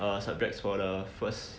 err the subjects for the first